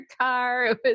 car